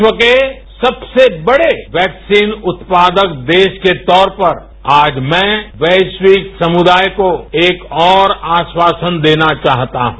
विश्व के सबसे बड़े वैक्सीन उत्पादक देश के तौर पर आज मैं वैशिक समुदाय को एक और आश्वासन देना चाहता हूं